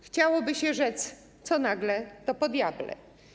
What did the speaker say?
Chciałoby się rzec: co nagle, to po diable.